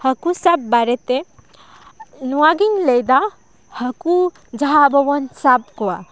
ᱦᱟᱹᱠᱩ ᱥᱟᱵ ᱵᱟᱨᱮ ᱛᱮ ᱱᱚᱣᱟ ᱜᱮᱧ ᱞᱟᱹᱭᱮᱫᱟ ᱦᱟᱹᱠᱩ ᱡᱟᱦᱟᱸ ᱟᱵᱚ ᱵᱚᱱ ᱥᱟᱵ ᱠᱚᱣᱟ